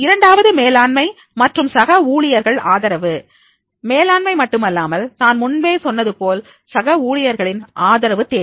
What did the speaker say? இரண்டாவது மேலாண்மை மற்றும் சக ஊழியர்கள் ஆதரவு மேலாண்மை அதுமட்டுமல்லாமல் நான் முன்பே சொன்னது போல் சக ஊழியர்களின் ஆதரவு தேவை